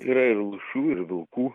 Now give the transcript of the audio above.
yra ir lūšių ir vilkų